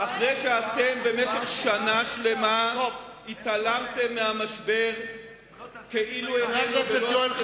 אחרי שאתם במשך שנה שלמה התעלמתם מהמשבר כאילו איננו,